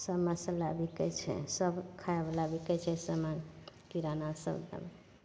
सब मसल्ला बिकै छै सब खाइवला बिकै छै सबमे किराना सब समान